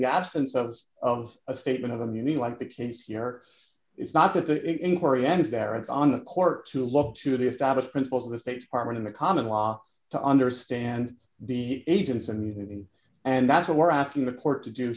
the absence of of a statement of them you mean like the case here is not that the inquiry ends there it's on the court to look to the established principles of the state department in the common law to understand the agents and unity and that's what we're asking the court to do